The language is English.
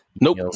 Nope